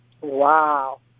Wow